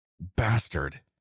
Bastard